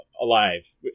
alive